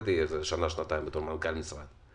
עבדתי איזה שנה-שנתיים בתור מנכ"ל משרד.